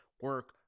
Work